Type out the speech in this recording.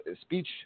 speech